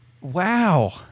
Wow